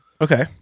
Okay